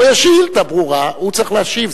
פה יש שאילתא ברורה, והוא צריך להשיב.